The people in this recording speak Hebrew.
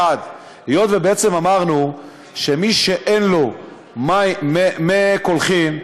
1. אמרנו שמי שאין לו מי קולחין,